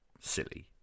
silly